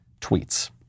tweets